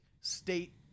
state